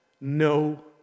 no